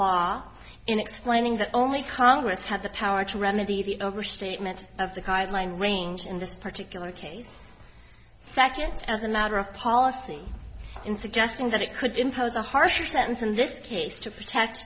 in explaining that only congress had the power to remedy the overstatement of the card line range in this particular case second as a matter of policy in suggesting that it could impose a harsher sentence in this case to protect